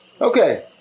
Okay